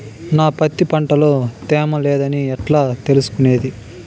నా పత్తి పంట లో తేమ లేదని ఎట్లా తెలుసుకునేది?